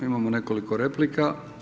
Imamo nekoliko replika.